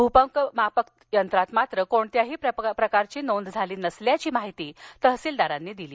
भूकंप मापक यंत्रात मात्र कोणत्याही प्रकारची नोंद झाली नसल्याची माहिती तहसीलदार वाघमारे यांनी दिली